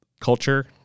culture